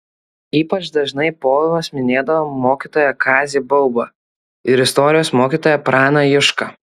ypač dažnai povilas minėdavo mokytoją kazį baubą ir istorijos mokytoją praną jušką